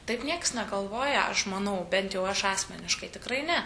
taip nieks negalvoja aš manau bent jau aš asmeniškai tikrai ne